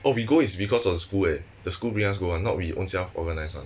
oh we go is because of school eh the school bring us go [one] not we ownself organise [one]